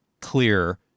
clear